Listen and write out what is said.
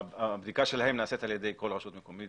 הבדיקה שלהם נעשית על ידי כל רשות מקומית